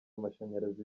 amashanyarazi